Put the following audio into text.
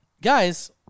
Guys